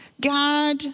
God